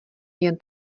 jen